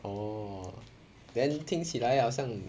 oh then 听起来好像